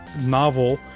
novel